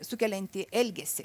sukeliantį elgesį